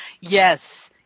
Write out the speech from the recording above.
Yes